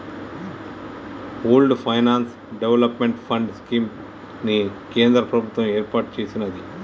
pooled finance development fund scheme ని కేంద్ర ప్రభుత్వం ఏర్పాటు చేసినాది